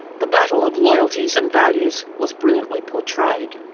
the battle of loyalties and values was brilliantly portrayed.